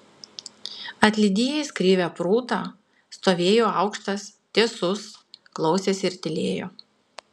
atlydėjęs krivę prūtą stovėjo aukštas tiesus klausėsi ir tylėjo